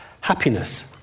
happiness